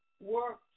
work